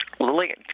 Lily